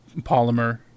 polymer